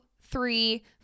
three